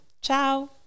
ciao